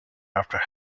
after